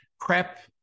prep